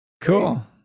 Cool